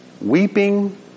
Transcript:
weeping